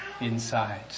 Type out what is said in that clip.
inside